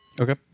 Okay